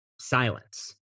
silence